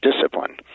discipline